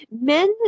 Men